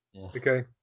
Okay